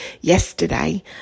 yesterday